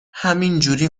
همینجوری